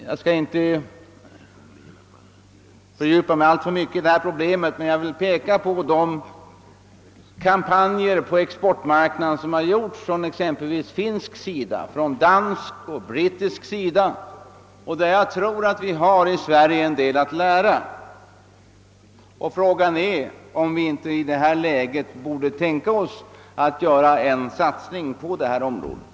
Jag skall inte fördjupa mig alltför mycket i detta problem men vill peka på de kampanjer för exportmarknaden som företagits av bla. Finland, Danmark och Storbritannien. Jag tror att Sverige har en del att lära härvidlag, och frågan är om vi inte i rådande läge skulle kunna tänka oss en satsning på det här området.